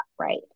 right